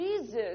Jesus